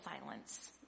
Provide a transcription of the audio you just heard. silence